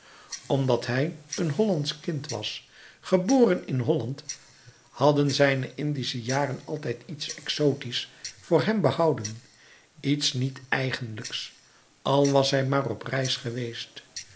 omdat hij een hollandsch kind was geboren in holland hadden zijne indische jaren altijd iets exotisch voor hem behouden iets niet eigenlijks als was hij maar op reis geweest